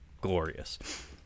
glorious